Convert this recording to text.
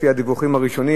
לפי הדיווחים הראשונים,